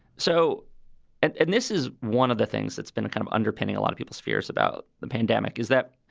so and this is one of the things that's been a kind of underpinning a lot of people's fears about the pandemic is that,